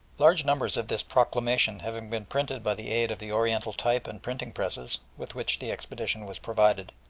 large numbers of this proclamation having been printed by the aid of the oriental type and printing presses, with which the expedition was provided,